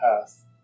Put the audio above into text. path